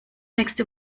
nächste